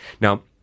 Now